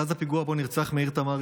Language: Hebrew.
מאז הפיגוע שבו נרצח מאיר תמרי,